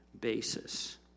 basis